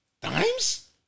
Dimes